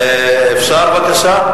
אפשר בבקשה?